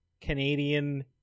Canadian